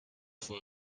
for